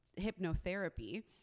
hypnotherapy